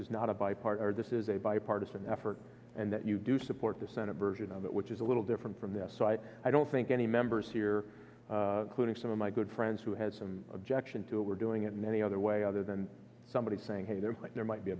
is not a buy partner this is a bipartisan effort and that you do support the senate version of it which is a little different from the site i don't think any members here quoting some of my good friends who had some objection to it were doing it in any other way other than somebody saying hey there there might be a